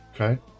Okay